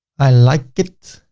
i like it.